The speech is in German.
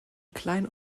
klein